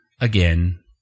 again